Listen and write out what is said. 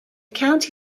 county